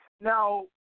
Now